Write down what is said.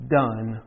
done